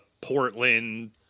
Portland